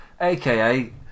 aka